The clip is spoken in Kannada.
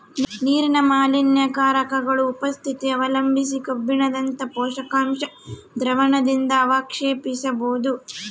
ನೀರಿನ ಮಾಲಿನ್ಯಕಾರಕಗುಳ ಉಪಸ್ಥಿತಿ ಅವಲಂಬಿಸಿ ಕಬ್ಬಿಣದಂತ ಪೋಷಕಾಂಶ ದ್ರಾವಣದಿಂದಅವಕ್ಷೇಪಿಸಬೋದು